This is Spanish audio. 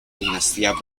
dinastía